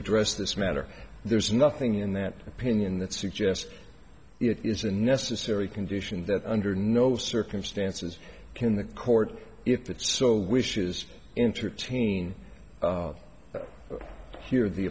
address this matter there's nothing in that opinion that suggests it is a necessary condition that under no circumstances can the court if it so wishes into tain hear the